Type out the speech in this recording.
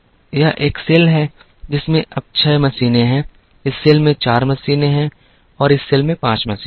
यह एक सेल है जिसमें अब 6 मशीनें हैं इस सेल में 4 मशीनें हैं और इस सेल में 5 मशीनें हैं